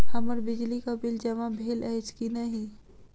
हम्मर बिजली कऽ बिल जमा भेल अछि की नहि?